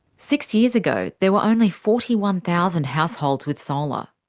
six years ago there were only forty one thousand households with solar.